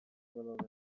badaude